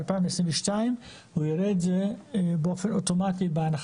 ב-2022 יראה את זה באופן אוטומטי בהנחה